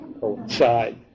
coincide